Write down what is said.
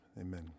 amen